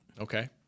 okay